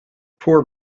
poor